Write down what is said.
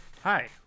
Hi